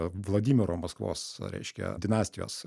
vladimiro maskvos reiškia dinastijos